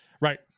right